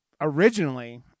originally